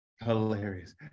Hilarious